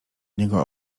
niego